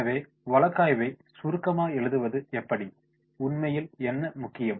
எனவே வழக்காய்வை சுருக்கமாக எழுதுவது எப்படி உண்மையில் என்ன முக்கியம்